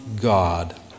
God